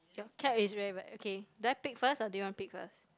your cap is very but okay do I pick first or do you want to pick first